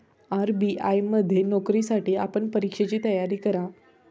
RBI मध्ये नोकरीसाठी आपण परीक्षेची तयारी करा